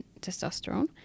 testosterone